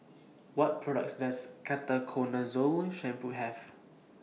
What products Does Ketoconazole Shampoo Have